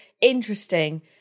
interesting